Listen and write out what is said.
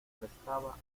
prestaba